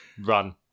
run